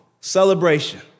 celebration